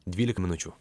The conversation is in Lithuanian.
dvylika minučių